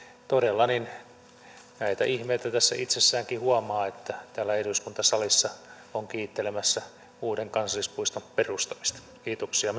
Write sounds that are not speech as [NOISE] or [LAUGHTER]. todella näitä ihmeitä tässä itsessäänkin huomaa että täällä eduskuntasalissa on kiittelemässä uuden kansallispuiston perustamista kiitoksia [UNINTELLIGIBLE]